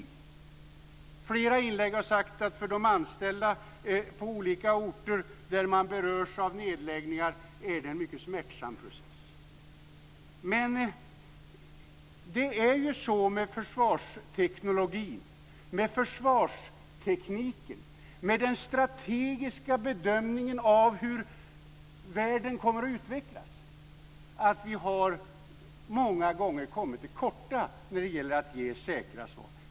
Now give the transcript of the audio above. I flera inlägg har man sagt att det för de anställda på olika orter där man berörs av nedläggningar är en mycket smärtsam process. Det är ju så med försvarsteknologin, med försvarstekniken, med den strategiska bedömningen av hur världen kommer att utvecklas att vi många gånger har kommit till korta när det gäller att ge säkra svar.